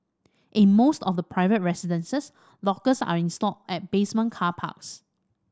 in most of the private residences lockers are installed at basement car parks